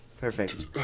Perfect